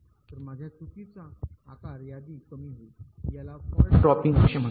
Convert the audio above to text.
तर माझ्या चुकीचा आकार यादी कमी होईल याला फॉल्ट ड्रॉपिंग असे म्हणतात